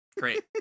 Great